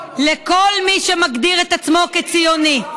לכל מי שמגדיר את עצמו כציוני,